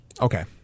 Okay